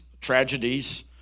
tragedies